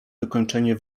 wykończenie